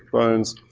bones.